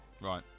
Right